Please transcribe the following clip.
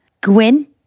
Gwyn